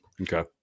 Okay